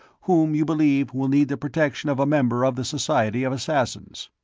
whom you believe will need the protection of a member of the society of assassins.